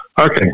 Okay